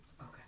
Okay